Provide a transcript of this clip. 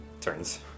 turns